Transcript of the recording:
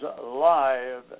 live